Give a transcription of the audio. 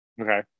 Okay